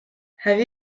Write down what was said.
have